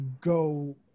go